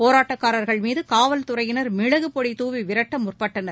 போராட்டகாரர்கள் மீது காவல்துறையினர் மிளகு பொடி தூவி விரட்ட முற்பட்டனர்